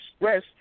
express